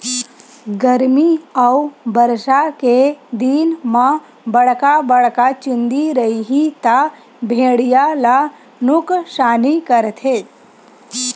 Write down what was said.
गरमी अउ बरसा के दिन म बड़का बड़का चूंदी रइही त भेड़िया ल नुकसानी करथे